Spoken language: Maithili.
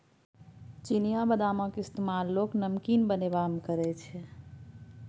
चिनियाबदामक इस्तेमाल लोक नमकीन बनेबामे करैत छै